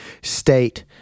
state